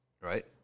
right